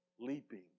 leaping